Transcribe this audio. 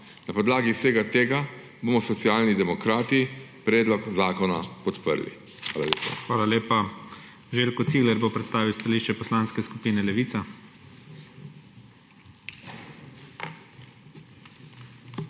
Na podlagi vsega tega bomo Socialni demokrati predlog zakona podprli. Hvala lepa.